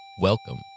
Welcome